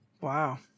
Wow